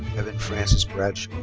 evan francis bradshaw.